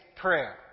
prayer